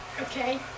Okay